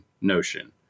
notion